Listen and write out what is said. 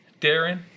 Darren